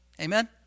Amen